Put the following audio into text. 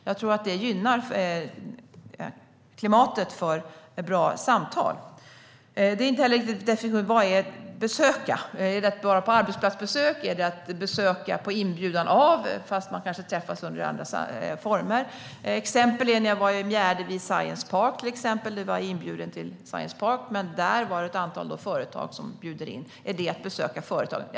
Jag tror att det gynnar samtalsklimatet. Och vad innebär att "besöka"? Är det att vara på arbetsplatsbesök, eller är det att göra ett besök på inbjudan av ett företag, fastän man kanske träffas under andra former? Låt mig ge ett exempel. Jag gjorde ett besök i Mjärdevi Science Park, där just Mjärdevi Science Park stod som inbjudare. Där var det i sin tur ett antal företag som bjöd in. Är det att besöka företag?